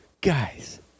Guys